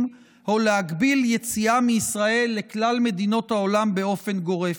או להגביל יציאה מישראל לכלל מדינות העולם באופן גורף.